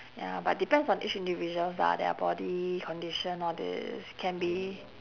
ya but depends on each individuals lah their body condition all these can be